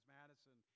Madison